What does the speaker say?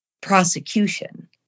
prosecution